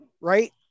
Right